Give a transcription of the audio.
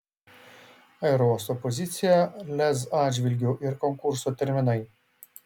aerouosto pozicija lez atžvilgiu ir konkurso terminai